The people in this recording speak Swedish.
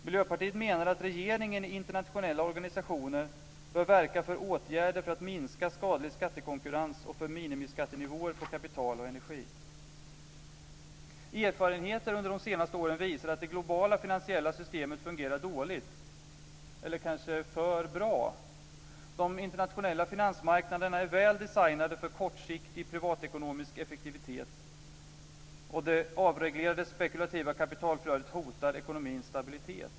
Miljöpartiet menar att regeringen i internationella organisationer bör verka för åtgärder för att minska skadlig skattekonkurrens och för minimiskattenivåer på kapital och energi. Erfarenheter under de senaste åren visar att det globala finansiella systemet fungerar dåligt eller kanske för bra. De internationella finansmarknaderna är väl designade för kortsiktig privatekonomisk effektivitet, och det avreglerade spekulativa kapitalflödet hotar ekonomins stabilitet.